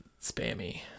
spammy